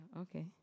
Okay